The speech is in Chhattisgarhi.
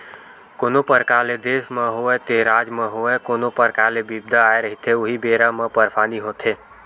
कोनो परकार ले देस म होवय ते राज म होवय कोनो परकार के बिपदा आए रहिथे उही बेरा म परसानी होथे